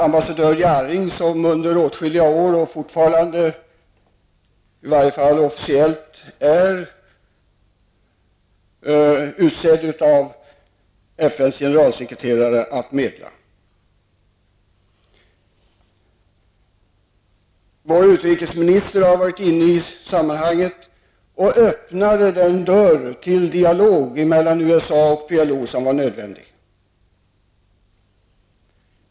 Ambassadör Gunnar Jarring var i flera år, och är väl fortfarande, officiellt utsedd av FNs generalsekreterare att medla. Vår utrikesminister var inne i sammanhanget och öppnade den dörr för dialog mellan USA och PLO som var nödvändig.